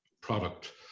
product